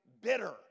bitter